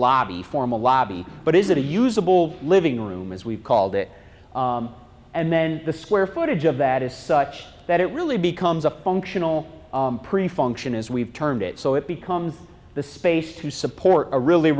lobby formal lobby but is it a usable living room as we've called it and then the square footage of that is such that it really becomes a functional pre function as we've termed it so it becomes the space to support a really